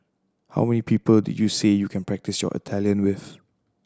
how many people did you say you can practise your Italian with